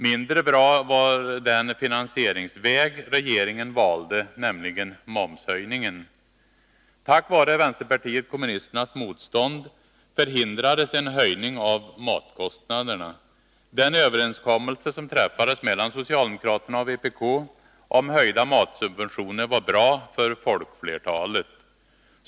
Mindre bra var den finansieringsväg regeringen valde, nämligen momshöjningen. Tack vare vänsterpartiet kommunisternas motstånd förhindrades en höjning av matkostnaderna. Den överenskommelse som träffades mellan socialdemokraterna och vpk om höjda matsubven tioner var bra för folkflertalet.